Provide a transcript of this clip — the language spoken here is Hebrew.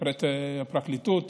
הפרקליטות.